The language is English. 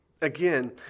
Again